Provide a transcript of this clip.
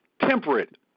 Temperate